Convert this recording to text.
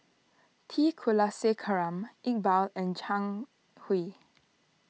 T Kulasekaram Iqbal and Zhang Hui